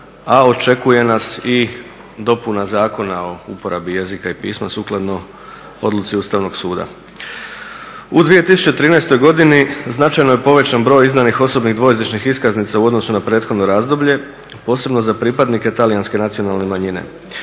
A očekuje nas i dopuna Zakona o uporabi jezika i pisma sukladno odluci Ustavnog suda. U 2013. godini značajno je povećan broj izdanih osobnih dvojezičnih iskaznica u odnosu na prethodno razdoblje posebno za pripadnike Talijanske nacionalne manjine.